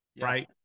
right